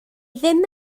ddim